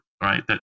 right